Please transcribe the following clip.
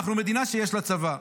אנחנו מדינה שיש לה צבא,